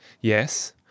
Yes